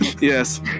Yes